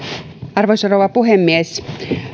arvoisa rouva puhemies